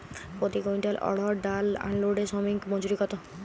প্রতি কুইন্টল অড়হর ডাল আনলোডে শ্রমিক মজুরি কত?